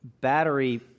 battery